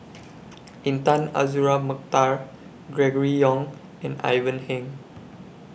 Intan Azura Mokhtar Gregory Yong and Ivan Heng